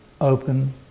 open